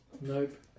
Nope